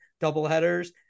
doubleheaders